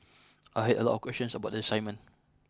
I had a lot questions about the assignment